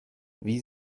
wie